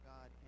God